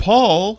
Paul